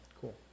Cool